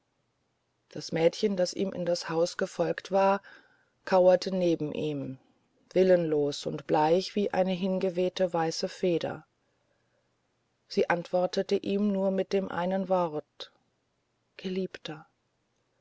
das mädchen das ihm in das haus gefolgt war kauerte neben ihm willenlos und bleich wie eine hingewehte weiße feder sie antwortete ihm nur mit dem einen wort geliebter